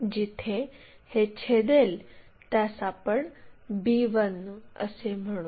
जिथे हे छेदेल त्यास आपण b1 असे म्हणू